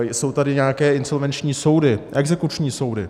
Jsou tady nějaké insolvenční soudy, exekuční soudy.